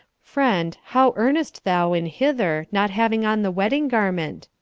friend, how earnest thou in hither, not having on the wedding garment?